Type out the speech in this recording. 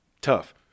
tough